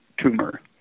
tumor